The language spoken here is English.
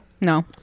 No